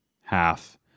half